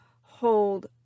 hold